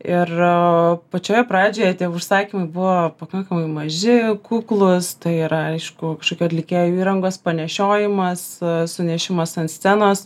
ir pačioje pradžioje tie užsakymai buvo pakankamai maži kuklūs tai yra aišku kažkokių atlikėjų įrangos panešiojimas sunešimas ant scenos